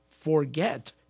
forget